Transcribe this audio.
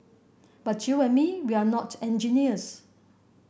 but you and me we're not engineers